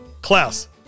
Klaus